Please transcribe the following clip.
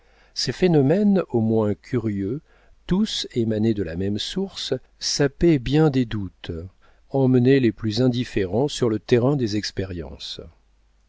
ces phénomènes au moins curieux tous émanés de la même source sapaient bien des doutes emmenaient les plus indifférents sur le terrain des expériences